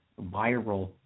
viral